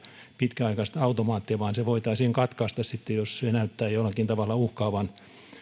pitkäaikaista automaattia vaan se voitaisiin katkaista sitten jos se näyttää jollakin tavalla uhkaavan